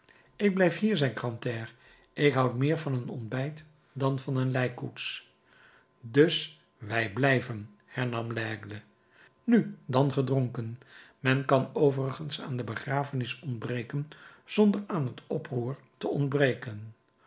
ik blijf hier zei grantaire ik houd meer van een ontbijt dan van een lijkkoets dus wij blijven hernam laigle nu dan gedronken men kan overigens aan de begrafenis ontbreken zonder aan het oproer te ontbreken